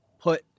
put